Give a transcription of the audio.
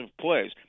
plays